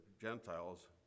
Gentiles